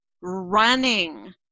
running